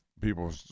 people